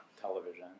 television